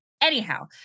Anyhow